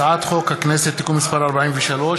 הצעת חוק הכנסת (תיקון מס' 43),